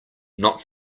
not